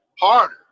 harder